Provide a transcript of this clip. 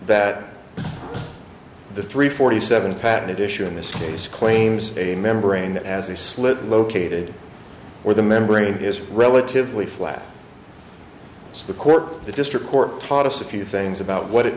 that the three forty seven patent issue in this case claims a membrane that has a slit located where the membrane is relatively flat so the court the district court taught us a few things about what it